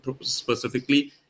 specifically